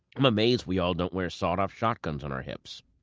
i'm amazed we all don't wear sawed-off shotguns on our hips.